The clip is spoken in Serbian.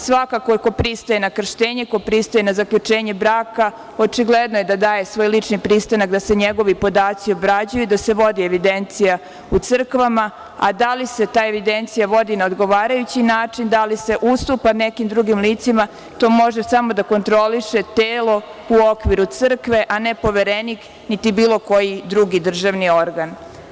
Svakako ko pristaje na krštenje, ko pristaje na zaključenje braka, očigledno je da daje svoj lični pristanak da se njegovi podaci obrađuju i da se vodi evidencija u crkvama, a da li se ta evidencija vodi na odgovarajući način, da li se ustupa nekim drugim licima, to može samo da kontroliše telo u okviru crkve, a ne Poverenik, niti bilo koji drugi državni organ.